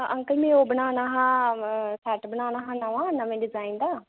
uncle मीं ओह् बनाना हा सेट बनाना हा नमें डिजइन दा